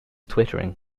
twittering